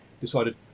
decided